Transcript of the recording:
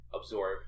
absorb